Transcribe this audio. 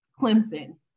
Clemson